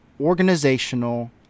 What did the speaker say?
organizational